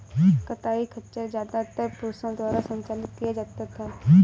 कताई खच्चर ज्यादातर पुरुषों द्वारा संचालित किया जाता था